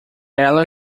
ela